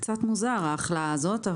קצת מוזרה ההכלאה הזאת.